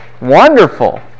wonderful